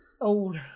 Old